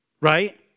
right